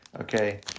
Okay